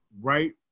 right